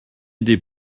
des